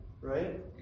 right